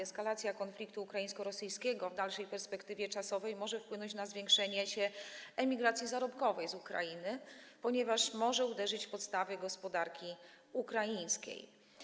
Eskalacja konfliktu ukraińsko-rosyjskiego w dalszej perspektywie czasowej może wpłynąć na zwiększenie się emigracji zarobkowej z Ukrainy, ponieważ może uderzyć w podstawy gospodarki ukraińskiej.